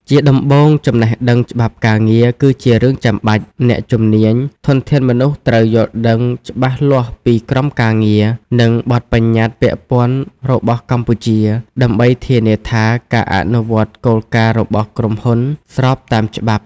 ជាដំបូង ចំណេះដឹងច្បាប់ការងារ គឺជារឿងចាំបាច់ អ្នកជំនាញ ធនធានមនុស្ស ត្រូវយល់ដឹងច្បាស់លាស់ពីក្រមការងារ និងបទប្បញ្ញត្តិពាក់ព័ន្ធរបស់កម្ពុជា ដើម្បីធានាថាការអនុវត្តគោលការណ៍របស់ក្រុមហ៊ុនស្របតាមច្បាប់។